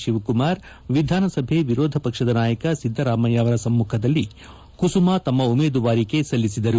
ಶಿವಕುಮಾರ್ ವಿಧಾನಸಭೆ ವಿರೋಧ ಪಕ್ಷದ ನಾಯಕ ಸಿದ್ದರಾಮಯ್ಯ ಅವರ ಸಮ್ಮುಖದಲ್ಲಿ ಕುಸುಮಾ ತಮ್ಮ ಉಮೇದುವಾರಿಕೆ ಸಲ್ಲಿಸಿದರು